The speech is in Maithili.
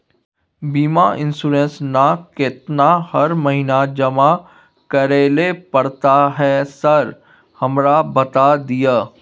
बीमा इन्सुरेंस ना केतना हर महीना जमा करैले पड़ता है सर हमरा बता दिय?